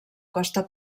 costa